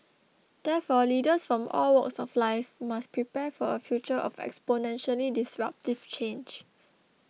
therefore leaders from all walks of life must prepare for a future of exponentially disruptive change